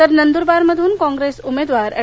तर नंदुरबार मधून कॉप्रेस उमेदवार अँड